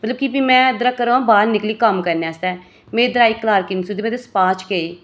ते मतलब कि फ्ही में इद्धरा घरा बाह्र निकली कम्म करने आस्तै में इद्धर आई क्लार्किंग आस्तै में सोचेआ स्पाऽ च गेई